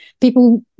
people